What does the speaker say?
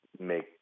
make